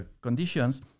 conditions